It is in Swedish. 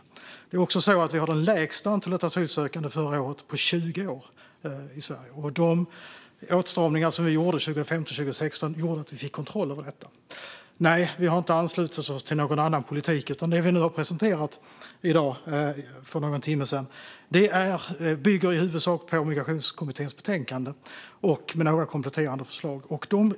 Förra året hade Sverige också det lägsta antalet asylsökande på 20 år. De åtstramningar som vi gjorde 2015 och 2016 gjorde att vi fick kontroll över detta. Nej, vi har inte anslutit oss till någon annan politik. Det vi har presenterat i dag, för någon timme sedan, bygger i huvudsak på Migrationskommitténs betänkande med några kompletterande förslag.